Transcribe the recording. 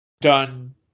done